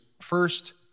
first